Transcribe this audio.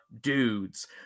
dudes